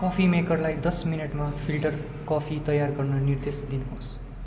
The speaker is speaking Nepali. कफी मेकरलाई दस मिनटमा फिल्टर कफी तयार गर्न निर्देश दिनु होस्